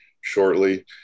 shortly